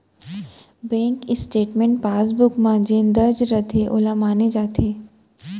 bank statement passbook म जेन दर्ज रथे वोला माने जाथे